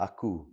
Aku